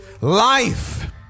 Life